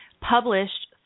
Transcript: published